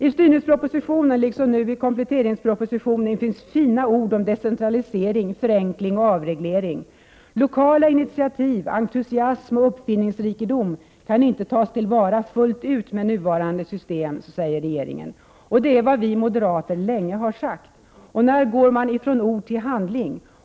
I styrningspropositionen liksom nu i kompletteringspropositionen finns fina ord om decentralisering, förenkling och avreglering. Lokala initiativ, entusiasm och uppfinningsrikedom kan inte tas till vara fullt ut med nuvarande system, säger regeringen. Det är vad vi moderater länge har sagt. När går regeringen från ord till handling?